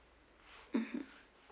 mmhmm